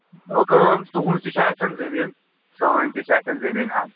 أسۍ کَرو کٲم تُہُنٛز تہِ چھِ اَتھٮ۪ن زٔمیٖن سٲنۍ تہِ چھِ اَتھٮ۪ن زٔمیٖن ہَن